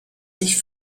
sich